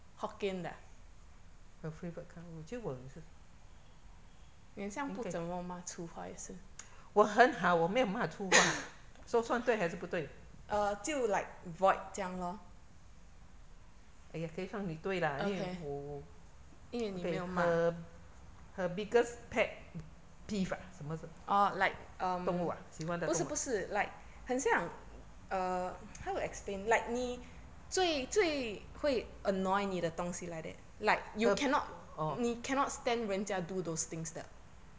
your favourite colour 我觉得我 我很好我没有骂粗话 so 算对还是不对 !aiya! 可以算你对啦因为我我 okay her her biggest pet peeve ah 什么是动物啊喜欢的动物 orh